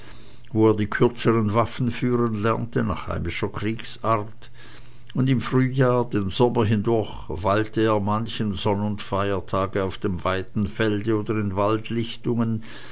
wo er die kürzeren waffen führen lernte nach heimischer kriegsart und im frühjahr den sommer hindurch weilte er manchen sonn und feiertag auf dem weiten felde oder in